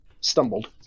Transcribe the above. stumbled